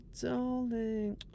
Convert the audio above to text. darling